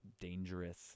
dangerous